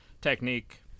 technique